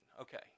Okay